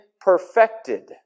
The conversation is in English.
perfected